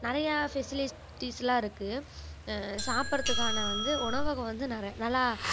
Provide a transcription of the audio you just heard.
நிறையா ஃபெசிலிஸ்டிஸ்லாம் இருக்குது சாப்பிட்றத்துக்கான வந்து உணவகம் வந்து நெற நல்லா